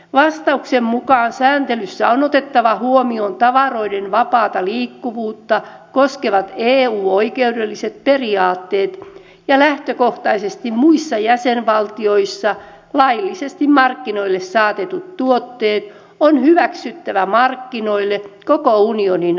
vastauksen mukaan sääntelyssä on otettava huomioon tavaroiden vapaata liikkuvuutta koskevat eu oikeudelliset periaatteet ja lähtökohtaisesti muissa jäsenvaltioissa laillisesti markkinoille saatetut tuotteet on hyväksyttävä markkinoille koko unionin alueella